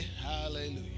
Hallelujah